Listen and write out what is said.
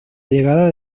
llegada